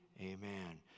Amen